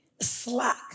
slack